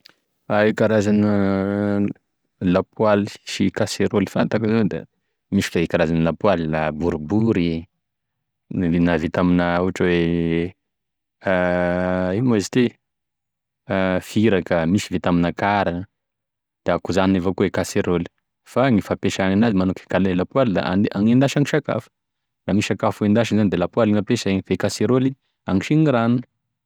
E karazan'e lapoaly sy kaseroly fantako zao da, misy karazan'e lapoaly boribory, na vita amina ohatra hoe ina ma izy ty, firaka, misy vita amina kara, da akoizany evakoa e kaseroly fa gny fampesagnenazy magnano ako e lapoaly da handi- hagnendasagny sakafo raha misy sakafo hendasy zany de lapoaly ampiasay fa e kaseroly agnisany rano.